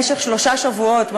במשך שלושה שבועות,